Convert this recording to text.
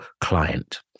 client